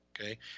okay